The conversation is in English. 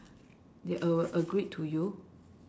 they a~ agreed to you